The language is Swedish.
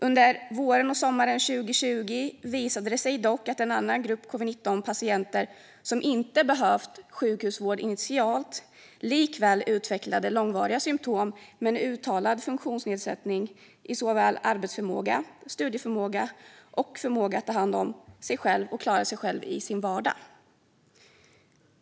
Under våren och sommaren 2020 visade det sig dock att en annan grupp covid-19-patienter, som inte behövt sjukhusvård initialt, likväl utvecklade långvariga symtom med en uttalad funktionsnedsättning i arbetsförmåga, studieförmåga och förmåga att ta hand om sig själv och klara sig själv i sin vardag.